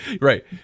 right